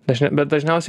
dažni bet dažniausiai